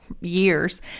years